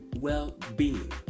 well-being